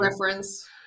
reference